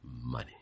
Money